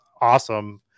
awesome